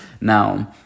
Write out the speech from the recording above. Now